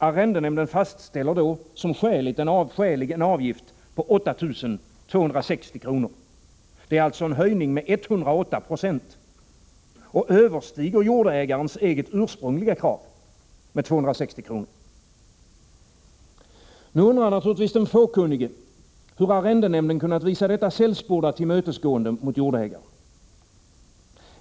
Arrendenämnden fastställer som skälig en avgift på 8 260 kr. Det är alltså en höjning med 108 92 och överstiger jordägarens eget ursprungliga krav med 260 kr. Nu undrar naturligtvis den fåkunnige, hur arrendenämnden kunnat visa detta sällsporda tillmötesgående mot jordägaren.